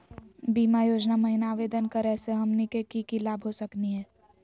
बीमा योजना महिना आवेदन करै स हमनी के की की लाभ हो सकनी हे?